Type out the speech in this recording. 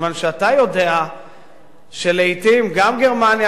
מכיוון שאתה יודע שלעתים גם גרמניה,